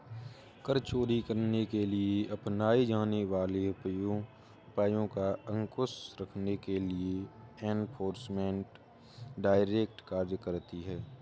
कर चोरी करने के लिए अपनाए जाने वाले उपायों पर अंकुश रखने के लिए एनफोर्समेंट डायरेक्टरेट कार्य करती है